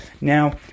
Now